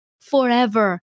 forever